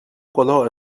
color